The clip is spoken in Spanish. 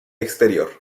exterior